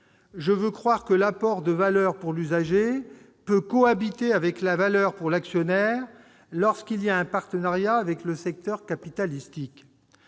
Je veux croire que l'apport de valeur pour l'usager peut cohabiter avec la valeur pour « l'actionnaire » lorsqu'il y a un partenariat avec le secteur capitalistique.